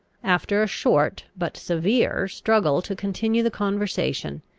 after a short, but severe, struggle to continue the conversation,